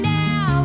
now